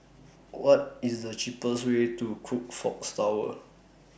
What IS The cheapest Way to Crockfords Tower